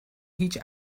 هیچ